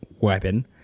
weapon